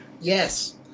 Yes